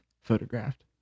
photographed